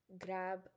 grab